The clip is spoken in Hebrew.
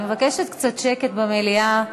אני מבקשת קצת שקט במליאה,